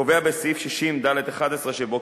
קובע בסעיף 60(ד11) שבו,